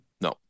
no